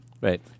Right